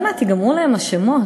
עוד מעט ייגמרו להם השמות,